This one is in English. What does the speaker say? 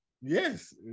Yes